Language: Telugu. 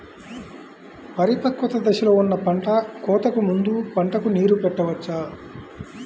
పరిపక్వత దశలో ఉన్న పంట కోతకు ముందు పంటకు నీరు పెట్టవచ్చా?